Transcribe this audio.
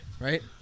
right